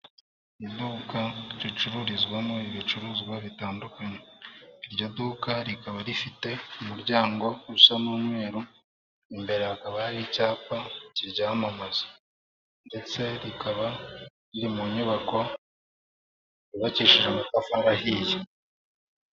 Iduka ricururizwamo ibicuruzwa bitandukanye, iryo duka rikaba rifite umuryango usa n'umweru, imbere hakaba hari icyapa kiryamamaza ndetse rikaba riri mu nyubako yubakishijwe amatafari ahiye.